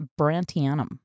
brantianum